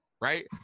right